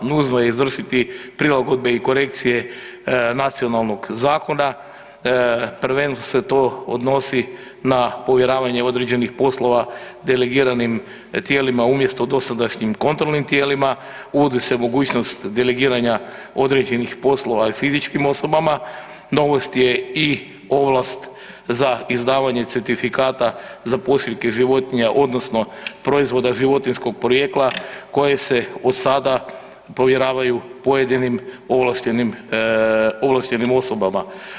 Nužno je izvršiti prilagodbe i korekcije nacionalnog zakona, prvenstveno se to odnosi na povjeravanje određenih poslova delegiranim tijelima umjesto dosadašnjim kontrolnim tijelima, uvodi se mogućnost delegiranja određenih poslova i fizičkim osobama, novost je ovlast za izdavanje certifikata za pošiljke životinja odnosno proizvoda životinjskog porijekla koje se od sada povjeravaju pojedinim ovlaštenim osobama.